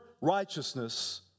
righteousness